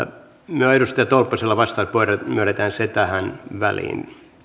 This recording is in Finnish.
no edustaja tolppasella vastauspuheenvuoro myönnetään se tähän väliin